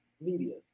media